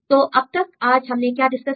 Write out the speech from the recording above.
तो अब तक आज हमने क्या डिस्कस किया